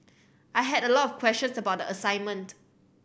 I had a lot of questions about the assignment